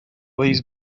these